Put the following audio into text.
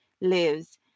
lives